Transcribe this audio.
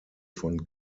von